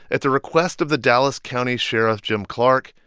at the request of the dallas county sheriff jim clark,